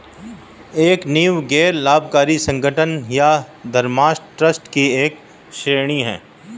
एक नींव गैर लाभकारी संगठन या धर्मार्थ ट्रस्ट की एक श्रेणी हैं